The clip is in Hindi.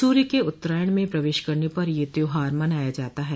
सूर्य के उत्तरायण में प्रवेश करने पर यह त्योहार मनाया जाता है